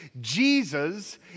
Jesus